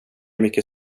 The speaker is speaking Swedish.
mycket